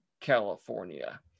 California